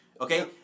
okay